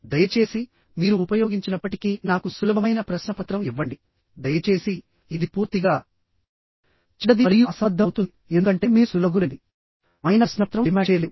దయచేసి మీరు ఉపయోగించినప్పటికీ నాకు సులభమైన ప్రశ్నపత్రం ఇవ్వండి దయచేసి ఇది పూర్తిగా చెడ్డది మరియు అసంబద్ధం అవుతుంది ఎందుకంటే మీరు సులభమైన ప్రశ్నపత్రం డిమాండ్ చేయలేరు